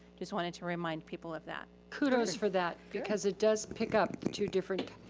just wanted to remind people of that. kudos for that. because it does pick up two different,